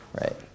right